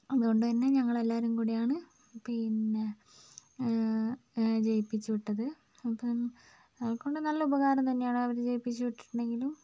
അതുകൊണ്ട് തന്നെ ഞങ്ങള് എല്ലാവരും കൂടിയാണ് പിന്നെ ജയിപ്പിച്ചു വിട്ടത് അപ്പം അവരെ കൊണ്ട് നല്ല ഉപകാരം തന്നെയാണ് അവരെ ജയിപ്പിച്ചു വിട്ടിട്ടുണ്ടെങ്കിലും